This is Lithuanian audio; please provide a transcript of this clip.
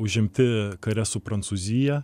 užimti kare su prancūzija